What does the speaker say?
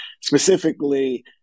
Specifically